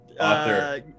author